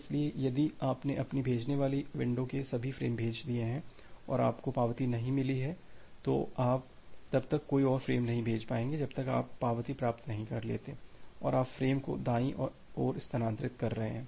इसलिए यदि आपने अपनी भेजने वाली विंडो के सभी फ्रेम भेज दिए हैं और आपको पावती नहीं मिली है तो आप तब तक कोई और फ्रेम नहीं भेज पाएंगे जब तक आप पावती प्राप्त नहीं कर लेते हैं और आप फ्रेम्स को दाईं ओर स्थानांतरित कर रहे हैं